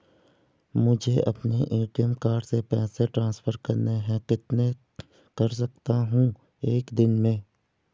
मुझे अपने ATM card से पैसे ट्रांसफर करने हैं कितने कर सकता हूँ एक दिन में?